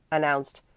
announced,